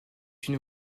une